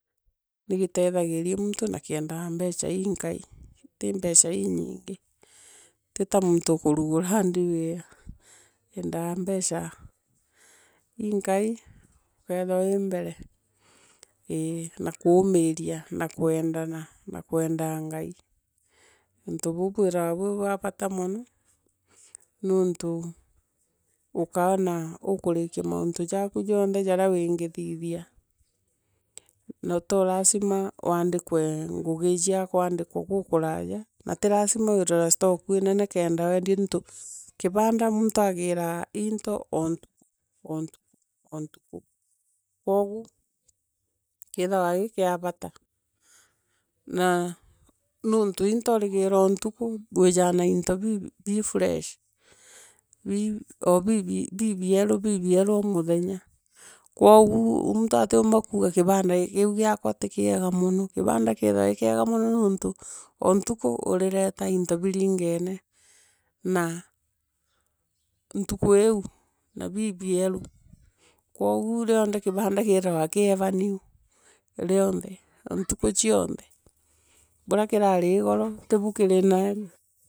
Nigiteethagiria muntu, na kiendaa mbeca mkai tii mbeca iinyingii ti ta muntu ukurugura hardware kieendaga mbeca inkaii. ukeethira wi mbere ii. na kuuniria. na kwendana na kwenda ngai. Untu bou bwithaira bwi la bata mono nontu ukaona ukurikia mauntu jaku. jonthe jaria uungithithia. Na to hasima waandikwe ngugi ela kwaandikwa kuukuraja muntu aagira into o ntuku, o ntuku, o ntuku, kwogu. keethaira gii kia bata na nontu into urugisa o ntuku. bwijaa na into bii bi tresh. O biibwieru muthenya. kwou muntu atiumba kuuga kibanda kio giakwa ti kiega mono kibanda kithaira gi kiega mono nontu. o ntuku urireta into biringeno na ntuku iiu. na bibienu. kwou rionthe kibanda kiithaira ki ever new rionthe. o ntuku clonthe. Bura kirari igoro, tiu kiti naarua.